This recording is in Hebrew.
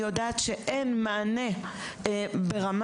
אני יודעת שאין מענה ברמה,